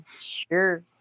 Sure